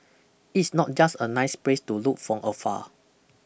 it's not just a nice place to look from afar